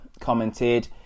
commented